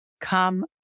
Come